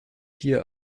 dir